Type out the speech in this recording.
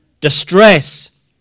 distress